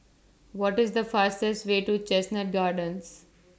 What IS The fastest Way to Chestnut Gardens